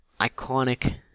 iconic